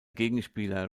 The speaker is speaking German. gegenspieler